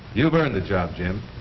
you've earned the job jim.